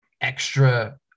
extra